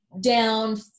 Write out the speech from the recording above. down